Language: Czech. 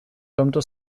tomto